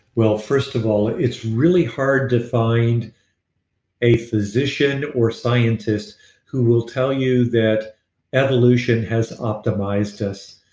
well, first of all, it's really hard to find a physician or scientist who will tell you that evolution has optimized us.